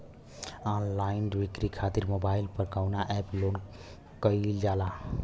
Online बिक्री खातिर mobile पर कवना एप्स लोन कईल जाला?